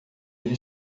ele